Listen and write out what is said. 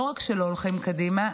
לא רק שלא הולכים קדימה,